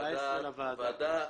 לוועדה.